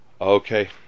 Okay